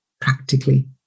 practically